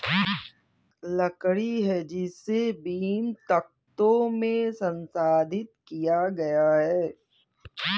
लकड़ी है जिसे बीम, तख्तों में संसाधित किया गया है